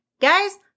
Guys